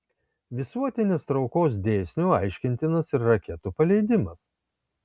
visuotinės traukos dėsniu aiškintinas ir raketų paleidimas